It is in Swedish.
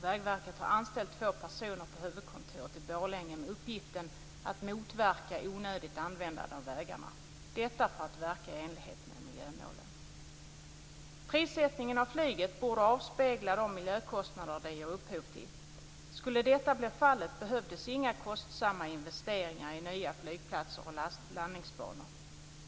Vägverket har anställt två personer på huvudkontoret i Borlänge med uppgift att motarbeta onödigt användande av vägarna, detta för att verka i enlighet med miljömålen. Flygets prissättning borde avspegla de miljökostnader som det ger upphov till. Skulle detta bli fallet behövdes inga kostsamma investeringar i nya flygplatser och landningsbanor.